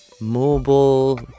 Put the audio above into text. mobile